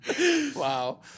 Wow